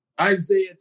Isaiah